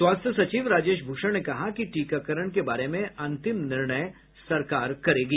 स्वास्थ्य सचिव राजेश भूषण ने कहा कि टीकाकरण के बारे में अंतिम निर्णय सरकार करेगी